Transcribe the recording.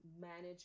manage